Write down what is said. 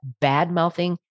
bad-mouthing